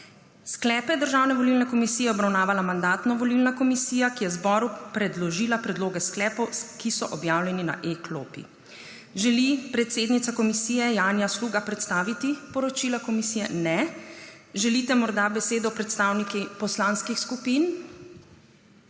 Sklepe Državne volilne komisije je obravnavala Mandatno-volilna komisija, ki je zboru predložila predloge sklepov, ki so objavljeni na e-klopi. Želi predsednica komisije Janja Sluga predstaviti poročilo komisije? (Ne.) Želite morda besedo predstavniki poslanskih skupin?